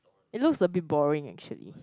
it looks a bit boring actually